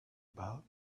about